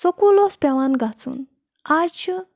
school اوس پٮ۪وان گَژھُن آز چھُ